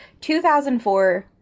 2004